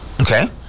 Okay